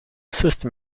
system